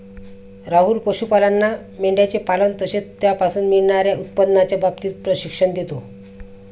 राहुल पशुपालांना मेंढयांचे पालन तसेच त्यापासून मिळणार्या उत्पन्नाच्या बाबतीत प्रशिक्षण देतो